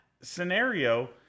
scenario